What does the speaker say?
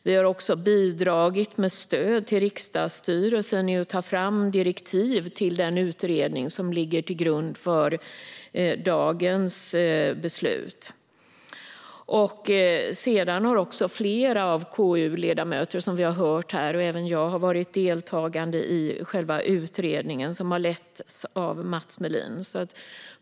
Vi har också bidragit med stöd till riksdagsstyrelsen i fråga om att ta fram direktiv till den utredning som ligger till grund för dagens beslut. Som vi har hört här har flera KU-ledamöter, även jag, deltagit i själva utredningen, som har letts av Mats Melin.